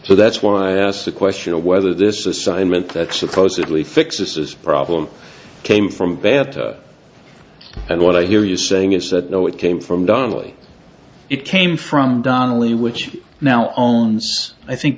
so that's why i asked the question of whether this assignment that supposedly fixes problem came from bad and what i hear you saying is that no it came from donnelly it came from donnelly which now owns i think